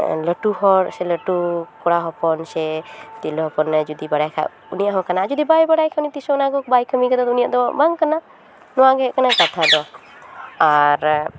ᱞᱟᱹᱴᱩ ᱦᱚᱲ ᱥᱮ ᱞᱟᱹᱴᱩ ᱠᱚᱲᱟ ᱦᱚᱯᱚᱱ ᱥᱮ ᱛᱤᱨᱞᱟᱹ ᱦᱚᱯᱚᱱᱮ ᱵᱟᱲᱟᱭ ᱠᱷᱟᱡ ᱩᱱᱤᱭᱟᱜ ᱦᱚᱸ ᱠᱟᱱᱟ ᱟᱨ ᱡᱩᱫᱤ ᱵᱟᱭ ᱵᱟᱲᱟᱭᱟ ᱠᱷᱟᱱ ᱩᱱᱤ ᱛᱤᱥ ᱦᱚᱸ ᱚᱱᱟ ᱠᱚ ᱵᱟᱭ ᱠᱟᱹᱢᱤ ᱟᱠᱟᱫᱟ ᱩᱱᱤᱭᱟᱜ ᱫᱚ ᱵᱟᱝ ᱠᱟᱱᱟ ᱱᱚᱣᱟ ᱜᱮ ᱦᱩᱭᱩᱜ ᱠᱟᱱᱟ ᱠᱟᱛᱷᱟ ᱫᱚ ᱟᱨ